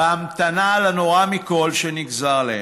בהמתנה לנורא מכול שנגזר עליהם,